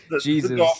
Jesus